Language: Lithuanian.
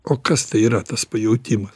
o kas tai yra tas pajautimas